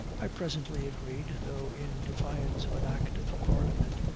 i presently agreed, though in defiance of an act of parliament,